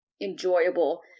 enjoyable